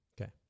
Okay